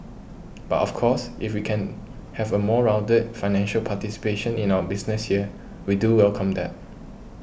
but of course if we can have a more rounded financial participation in our business here we do welcome that